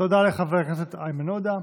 תודה לחבר הכנסת איימן עודה.